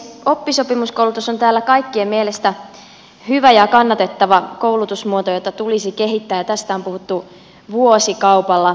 oppisopimuskoulutus on täällä kaikkien mielestä hyvä ja kannatettava koulutusmuoto jota tulisi kehittää ja tästä on puhuttu vuosikaupalla